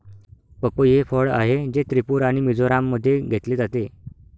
पपई हे फळ आहे, जे त्रिपुरा आणि मिझोराममध्ये घेतले जाते